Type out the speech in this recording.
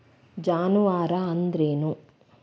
ಜಾನುವಾರು ಅಂದ್ರೇನು?